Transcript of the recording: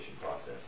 process